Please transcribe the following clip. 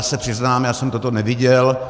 Ale přiznám se, já jsem toto neviděl.